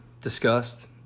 discussed